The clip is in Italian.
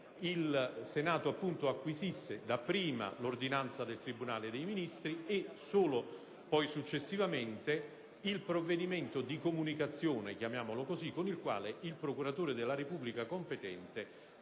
che si acquisisse dapprima l'ordinanza del tribunale dei ministri e solo successivamente il provvedimento di comunicazione con il quale il procuratore della Repubblica competente